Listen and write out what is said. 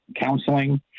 counseling